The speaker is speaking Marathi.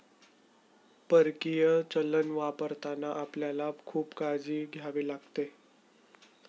परकीय चलन वापरताना आपल्याला खूप काळजी घ्यावी लागेल